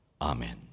Amen